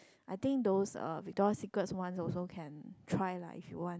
I think those uh Victoria-Secret's one also can try lah if you want